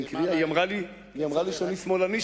היא אמרה לי שאני שמאלני,